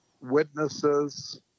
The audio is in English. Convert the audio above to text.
witnesses